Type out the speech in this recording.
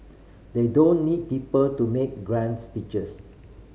they don't need people to make grand speeches